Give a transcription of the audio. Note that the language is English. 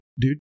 dude